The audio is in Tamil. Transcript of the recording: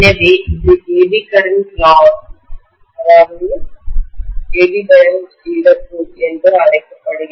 எனவே இது எடி கரண்ட் லாஸ் இழப்பு என்று அழைக்கப்படுகிறது